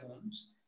homes